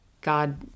God